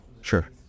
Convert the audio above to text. Sure